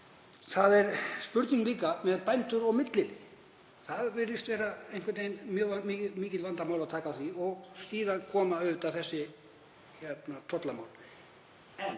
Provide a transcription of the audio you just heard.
Það er spurning með bændur og milliliði. Það virðist einhvern veginn vera mjög mikið vandamál að taka á því og síðan koma auðvitað þessi tollamál.